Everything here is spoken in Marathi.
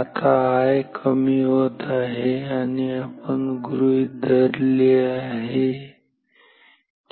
आता I कमी होत आहे आणि आपण गृहीत धरले आहे